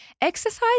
exercise